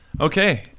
okay